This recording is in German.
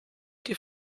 die